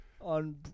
on